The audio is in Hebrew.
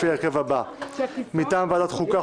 לפי ההרכב הבא: מטעם ועדת החוקה,